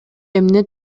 эмне